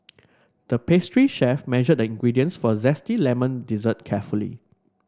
the pastry chef measured the ingredients for a zesty lemon dessert carefully